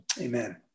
amen